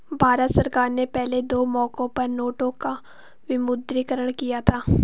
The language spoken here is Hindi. भारत सरकार ने पहले दो मौकों पर नोटों का विमुद्रीकरण किया था